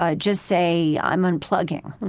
ah just say, i'm unplugging,